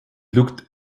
looked